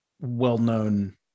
well-known